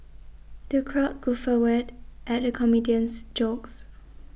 the crowd guffawed at the comedian's jokes